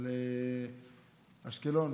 על אשקלון.